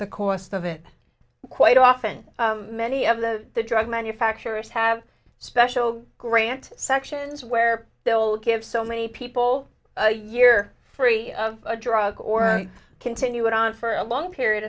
the cost of it quite often many of the drug manufacturers have special grant sections where they'll give so many people a year free of a drug or continue it on for a long period